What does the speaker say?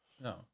No